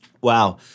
Wow